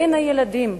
בין ילדים,